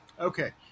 Okay